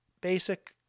basic